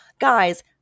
guys